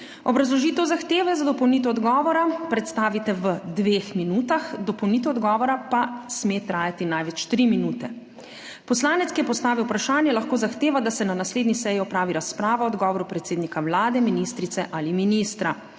Obrazložitev zahteve za dopolnitev odgovora predstavite v dveh minutah, dopolnitev odgovora pa sme trajati največ tri minute. Poslanec, ki je postavil vprašanje lahko zahteva, da se na naslednji seji opravi razprava o odgovoru predsednika Vlade, ministrice ali ministra.